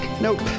Nope